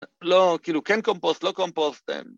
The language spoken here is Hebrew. לא, כאילו, כן קומפוסט, לא קומפוסט..